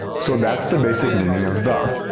so that's the basic meaning of the.